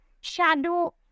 shadow